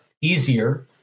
easier